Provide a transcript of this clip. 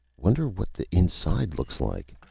wonder what the inside looks like?